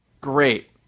Great